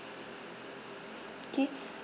okay